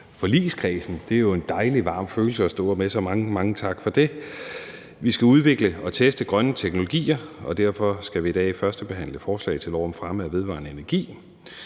forligskredsen. Det er jo en dejlig varm følelse at stå med, så mange tak for det. Vi skal udvikle og teste grønne teknologier, og derfor skal vi i dag førstebehandle forslag til lov om fremme af vedvarende energi.